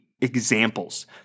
examples